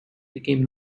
became